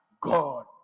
God